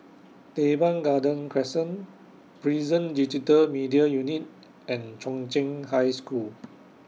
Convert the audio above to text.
Teban Garden Crescent Prison Digital Media Unit and Chung Cheng High School